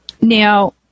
Now